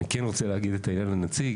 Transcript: אבל אני כן רוצה להגיד את העניין לנציג.